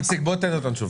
איציק, בוא תן אותם שוב.